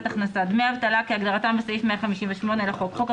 הכנסה; "דמי אבטלה" כהגדרתם בסעיף 158 לחוק,